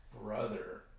brother